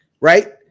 right